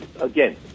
again